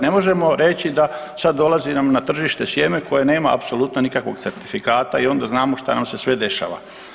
Ne možemo reći sad dolazi nam na tržište sjeme koje nema apsolutno nikakvog certifikata i onda znamo šta nam se sve dešava.